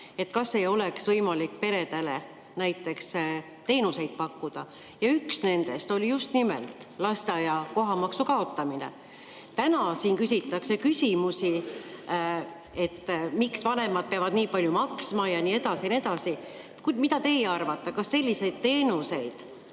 kas ei oleks võimalik peredele lisateenuseid pakkuda, ja üks nendest oli just nimelt lasteaia kohamaksu kaotamine. Täna siin küsitakse küsimusi, miks vanemad peavad nii palju maksma, ja nii edasi. Mida teie arvate, kas selliseid teenuseid